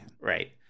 right